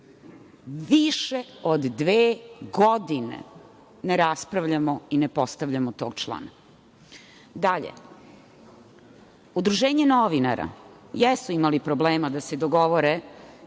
Više od dve godine ne raspravljamo i ne postavljamo tog člana. Dalje, Udruženje novinara jesu imali problema da se dogovore